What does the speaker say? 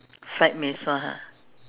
fried mee-sua ha